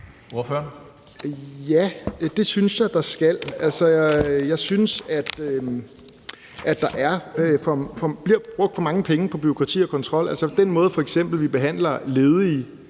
Ja, det synes jeg at der skal. Jeg synes, at der bliver brugt for mange penge på bureaukrati og kontrol. Altså, den måde, vi f.eks. behandler ledige